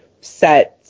set